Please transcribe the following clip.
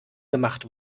gemacht